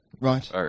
Right